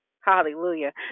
hallelujah